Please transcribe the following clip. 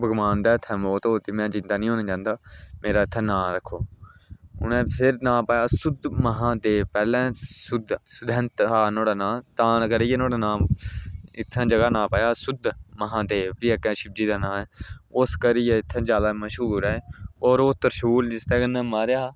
भगवान दे हत्था मौत होई दी में जींदा निं होना चाहंदा मेरा इ'त्थें नांऽ रक्खो उ'नें फिर नांऽ पाया सुद्धहादेव पैह्लें सुद्ध सुदयंत हा नुहाड़ा नांऽ तां करियै नुहाड़ा नांऽ इ'त्थें जगहा नांऽ पाया हा सुद्धमहादेव फ्ही अग्गें शिवजी दा नांऽ ऐ उस करियै ओह् इ'त्थें जादा मशहूर ऐ होर ओह् तरशूल जिसदे कन्नै मारेआ हा